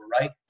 right